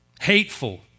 Hateful